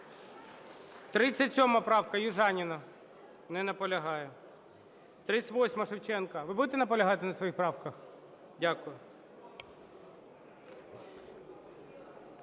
37 правка, Южаніна. Не наполягає. 38-а, Шевченка. Ви будете наполягати на своїх правках? Дякую.